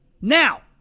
Now